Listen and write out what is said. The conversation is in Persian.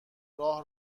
راه